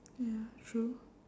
ya true